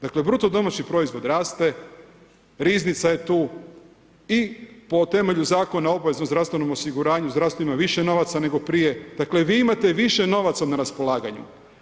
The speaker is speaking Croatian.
Dakle BDP raste, riznica je tu i po temeljenu Zakona o obveznom zdravstvenom osiguranju, zdravstvo ima više novaca nego prije, dakle vi imate više novaca na raspolaganju.